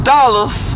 Dollars